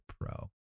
Pro